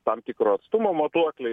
tam tikro atstumo matuokliai